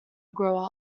grow